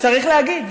צריך להגיד,